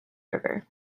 river